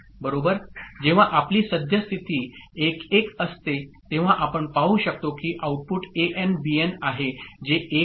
जेव्हा आपली सद्यस्थिती 1 1 असते तेव्हा आपण पाहु शकतो की आउटपुट एएन बीएन आहे जे 1 आहे